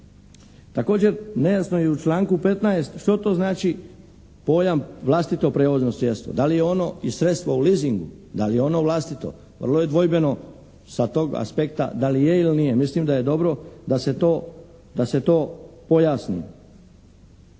Također, nejasno je i u članku 15. što to znači pojam vlastito prijevozno sredstvo, da li je ono i sredstvo u liesingu, da li je ono vlastito, vrlo je dvojbeno sa tog aspekta da li je ili nije. Mislim da je dobro da se to pojasni.